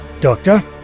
Doctor